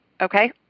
Okay